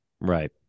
Right